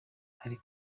hari